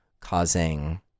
causing